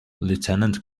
lieutenant